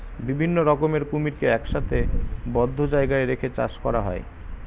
বিভিন্ন রকমের কুমিরকে একসাথে বদ্ধ জায়গায় রেখে চাষ করা হয়